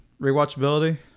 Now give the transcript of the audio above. Rewatchability